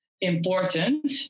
important